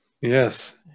Yes